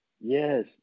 yes